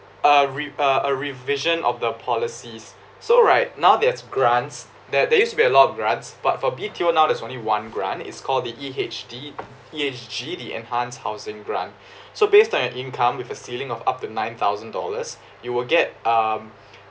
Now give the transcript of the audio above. uh rev~ uh uh revision of the policies so right now there's grants that they used to be a lot of grants but for B_T_O now there's only one grant it's called the E_H_D E_H_G the enhance housing grant so based on your income with a ceiling of up to nine thousand dollars you will get um